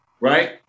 Right